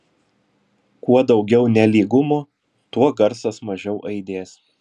kuo daugiau nelygumų tuo garsas mažiau aidės